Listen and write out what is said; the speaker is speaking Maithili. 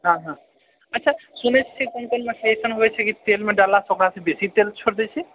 हाँ हाँ अच्छा सुनै छिऐ कोन कोन मछली ऐसन होइ छै कि तेलमे डाललासँ ओकरासँ बेसी तेल छोड़ि दए छै